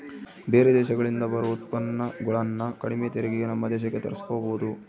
ಬೇರೆ ದೇಶಗಳಿಂದ ಬರೊ ಉತ್ಪನ್ನಗುಳನ್ನ ಕಡಿಮೆ ತೆರಿಗೆಗೆ ನಮ್ಮ ದೇಶಕ್ಕ ತರ್ಸಿಕಬೊದು